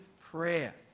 prayer